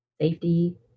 safety